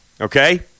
okay